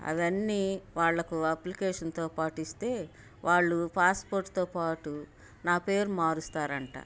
అవన్నీ వాళ్ళకు అప్లికేషన్తో పాటు ఇస్తే వాళ్ళు పాస్పోర్ట్తో పాటు నా పేరు మారుస్తారు అంట